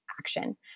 action